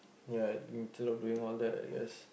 ya instead of doing all that I guess